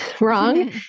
wrong